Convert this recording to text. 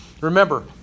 Remember